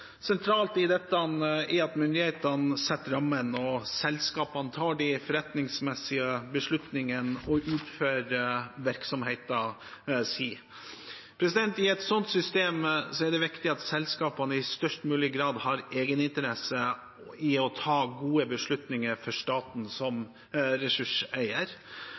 Sentralt i dette er at myndighetene setter rammene, og at selskapene tar de forretningsmessige beslutningene og utfører virksomheten sin. I et sånt system er det viktig at selskapene i størst mulig grad har egeninteresse av å ta gode beslutninger for staten som ressurseier.